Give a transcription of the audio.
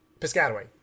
Piscataway